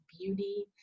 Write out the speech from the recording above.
beauty